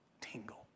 tingle